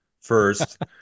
first